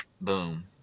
boom